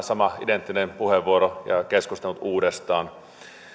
samat identtiset puheenvuorot ja keskustelut uudestaan